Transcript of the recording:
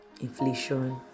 inflation